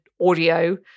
audio